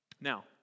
Now